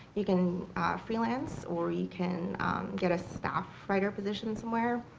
you can freelance, or you can get a staff writer position somewhere.